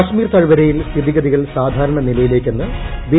കശ്മീർ താഴ്വരയിൽ ്സ്ഥിതിഗതികൾ സാധാരണ നിലയിലേക്കെന്ന് ബീ